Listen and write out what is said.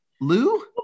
Lou